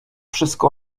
wszystko